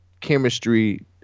chemistry